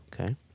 okay